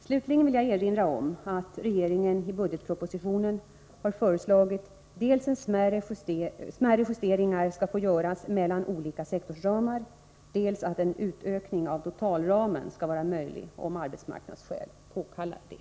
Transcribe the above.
Slutligen vill jag erinra om att regeringen i budgetpropositionen har föreslagit dels att smärre justeringar skall få göras mellan olika sektorsramar, dels att en utökning av totalramen skall vara möjlig om arbetsmarknadsskäl påkallar det.